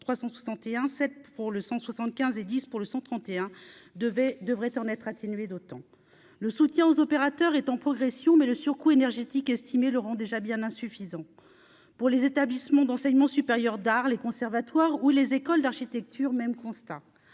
7 pour le 175 et 10 pour le 131 devait devrait en être atténué d'autant le soutien aux opérateurs est en progression, mais le surcoût énergétique estimé Laurent déjà bien insuffisant pour les établissements d'enseignement supérieur d'art, les conservatoires, où les écoles d'architecture même constat